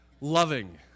Loving